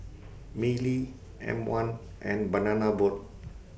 Mili M one and Banana Boat